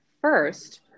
first